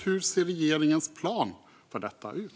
Hur ser regeringens plan för detta ut?